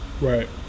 Right